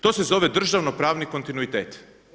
To se zove državnopravni kontinuitet.